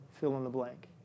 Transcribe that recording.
fill-in-the-blank